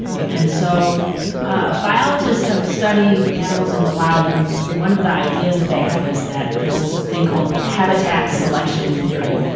and so ah biologists have studied animals in the wild, and one of the ideas that they have is that there's this thing called habitat selection theory,